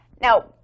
Now